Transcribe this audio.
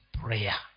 prayer